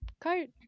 coat